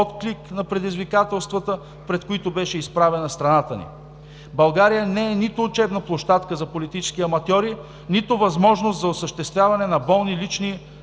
България не е нито учебна площадка за политически аматьори, нито възможност за осъществяване на болни лични